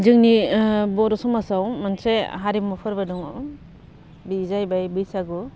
जोंनि बर' समाजाव मोनसे हारिमु फोरबो दङ बे जायैबाय बैसागु